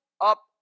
up